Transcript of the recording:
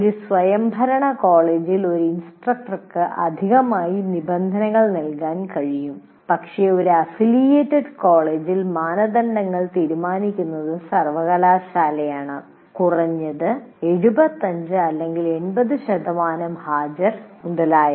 ഒരു സ്വയംഭരണ കോളേജിൽ ഒരു ഇൻസ്ട്രക്ടർക്ക് അധികമായി നിബന്ധനകൾ നൽകാൻ കഴിയും പക്ഷേ ഒരു അഫിലിയേറ്റഡ് കോളേജിൽ മാനദണ്ഡങ്ങൾ തീരുമാനിക്കുന്നത് സർവ്വകലാശാലയാണ് കുറഞ്ഞത് 75 അല്ലെങ്കിൽ 80 ശതമാനം ഹാജർ മുതലായവ